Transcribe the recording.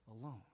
alone